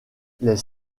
les